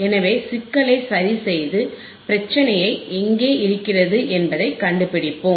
எனவே சிக்கலை சரிசெய்து பிரச்சினை எங்கே இருக்கிறது என்பதைக் கண்டுபிடிப்போம்